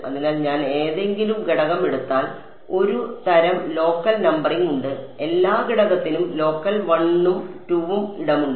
അതിനാൽ ഞാൻ ഏതെങ്കിലും ഘടകം എടുത്താൽ ഒരു തരം ലോക്കൽ നമ്പറിംഗ് ഉണ്ട് എല്ലാ ഘടകത്തിനും ലോക്കൽ 1 ഉം 2 ഉം ഇടമുണ്ട്